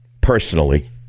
personally